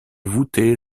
voûtée